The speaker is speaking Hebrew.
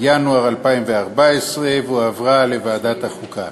ינואר 2014, והועברה לוועדת החוקה.